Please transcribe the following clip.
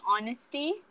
honesty